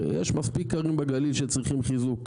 יש מספיק ערים בגליל שצריכות חיזוק,